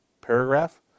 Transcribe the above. paragraph